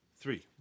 three